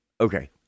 okay